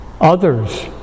Others